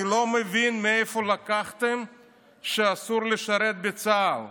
אני לא מבין מאיפה לקחתם שאסור לשרת בצה"ל,